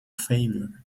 failure